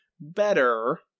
better